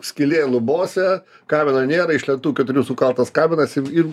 skylė lubose kamino nėra iš lentų keturių sukaltas kaminas ir